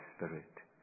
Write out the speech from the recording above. Spirit